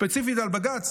ספציפית על בג"ץ,